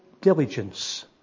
diligence